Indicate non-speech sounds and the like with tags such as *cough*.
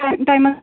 *unintelligible*